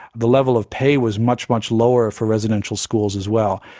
the level of pay was much, much lower for residential schools as well,